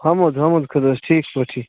حَمُد حَمُد خۄدایس ٹھیٖک پٲٹھی